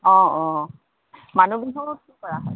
অঁ অঁ মানুহ বিহুত কি কৰা হয়